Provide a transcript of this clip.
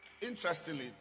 interestingly